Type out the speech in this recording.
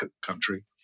country